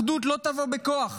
אחדות לא תבוא בכוח.